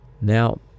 Now